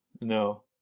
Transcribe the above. No